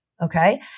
Okay